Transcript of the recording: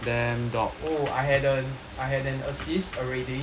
oh I had a I had an assist already